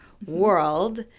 world